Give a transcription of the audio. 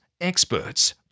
experts